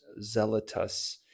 Zealotus